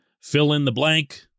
fill-in-the-blank